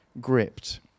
gripped